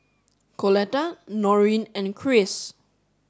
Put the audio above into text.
Coletta Noreen and Kris